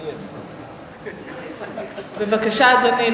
בבקשה, אדוני.